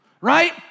right